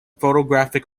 photographic